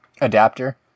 adapter